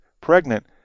pregnant